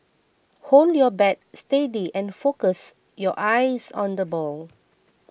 hold your bat steady and focus your eyes on the ball